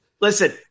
Listen